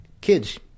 Kids